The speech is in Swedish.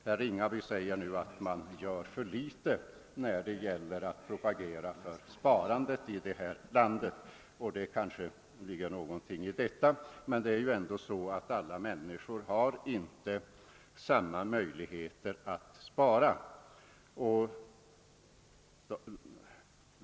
Herr Ringaby ansåg att vi propagerar för litet för sparande i vårt land, och det kanske ligger något i det. Alla människor har dock inte samma möjligheter att spara.